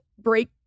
break